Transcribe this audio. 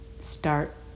start